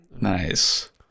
Nice